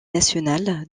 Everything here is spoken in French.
nationale